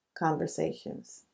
Conversations